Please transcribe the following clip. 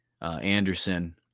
Anderson